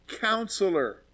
Counselor